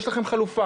יש לכם חלופה.